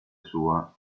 sua